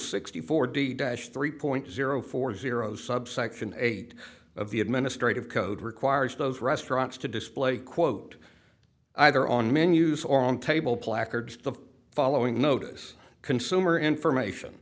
sixty four d dash three point zero four zero subsection eight of the administrative code requires those restaurants to display quote either on menus or on table placards the following notice consumer information